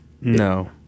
No